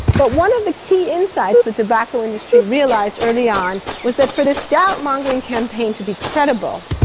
but one of the key insights the tobacco industry realised early on was that for this doubt-mongering campaign to be credible,